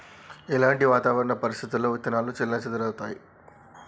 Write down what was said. ఎలాంటి వాతావరణ పరిస్థితుల్లో విత్తనాలు చెల్లాచెదరవుతయీ?